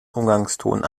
umgangston